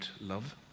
love